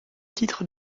titre